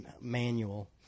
manual